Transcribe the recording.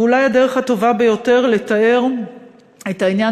ואולי הדרך הטובה ביותר לתאר את העניין,